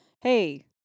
hey